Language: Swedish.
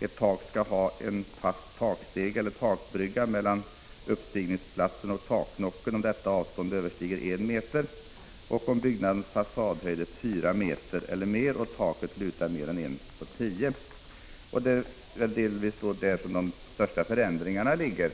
Ett tak skall ha en fast takstege eller takbrygga mellan uppstigningsplatsen och taknocken om detta avstånd överstiger 1 m och om byggnadens fasadhöjd är 4 m eller mer och taket lutar mer än 1:10. —- Det är där de största förändringarna ligger.